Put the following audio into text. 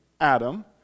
Adam